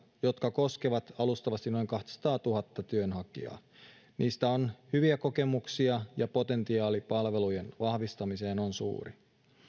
jotka koskevat alustavasti noin kaksisataatuhatta työnhakijaa niistä on hyviä kokemuksia ja potentiaali palvelujen vahvistamiseen on suuri